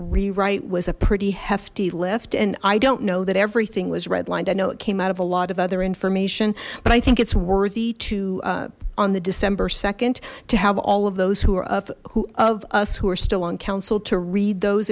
rewrite was a pretty hefty lift and i don't know that everything was redlined i know it came out of a lot of other information but i think it's worthy to on the december nd to have all of those who are of us who are still on council to read those